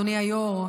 אדוני היו"ר,